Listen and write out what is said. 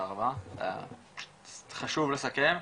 חשוב לסכם.